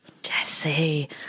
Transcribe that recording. Jesse